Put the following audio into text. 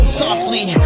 softly